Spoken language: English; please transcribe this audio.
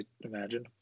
imagine